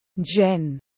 Jen